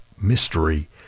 Mystery